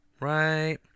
Right